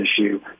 issue